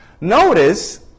Notice